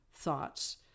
thoughts